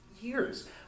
years